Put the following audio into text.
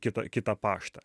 kitą kitą paštą